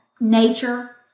nature